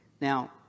Now